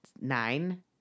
nine